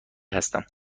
هستم